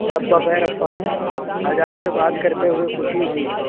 شب بخیر عفان آج آپ سے بات کرتے ہوئے خوشی ہوئی